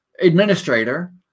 administrator